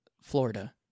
Florida